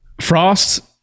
Frost